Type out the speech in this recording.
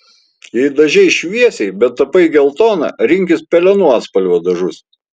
jei dažei šviesiai bet tapai geltona rinkis pelenų atspalvio dažus